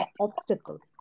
obstacle